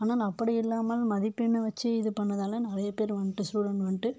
ஆனால் அப்படி இல்லாமல் மதிப்பெண்ணை வச்சு இது பண்ணதால் நிறைய பேர் வந்ட்டு ஸ்டூடண்ட் வந்ட்டு